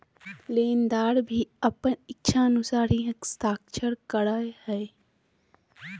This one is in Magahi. लेनदार भी अपन इच्छानुसार ही हस्ताक्षर करा हइ